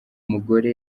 mugore